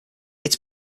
its